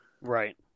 right